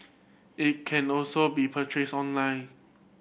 it can also be purchased online